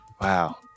Wow